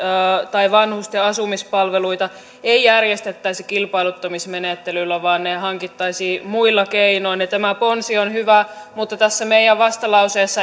tai vanhusten asumispalveluita ei järjestettäisi kilpailuttamismenettelyllä vaan ne hankittaisiin muilla keinoin tämä ponsi on hyvä mutta tässä meidän vastalauseessamme